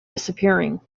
disappearing